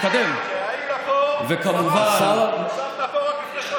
להתקדם, וכמובן, שלושה חודשים.